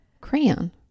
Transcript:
Crayon